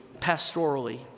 pastorally